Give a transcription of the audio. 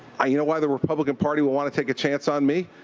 ah you know why the republican party will want to take a chance on me?